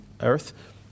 Earth